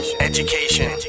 education